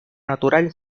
natural